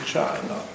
China